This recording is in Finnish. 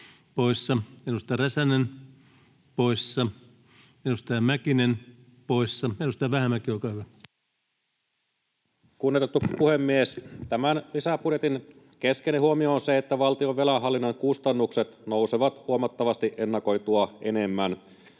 edustaja Räsänen poissa, edustaja Mäkinen poissa. — Edustaja Vähämäki, olkaa hyvä. Kunnioitettu puhemies! Tämän lisäbudjetin keskeinen huomio on se, että valtion velanhallinnan kustannukset nousevat huomattavasti ennakoitua enemmän.